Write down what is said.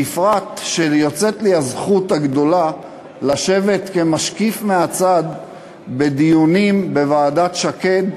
בפרט שיוצאת לי הזכות הגדולה לשבת כמשקיף מהצד בדיונים בוועדת שקד,